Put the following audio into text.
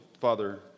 Father